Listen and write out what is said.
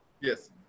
Yes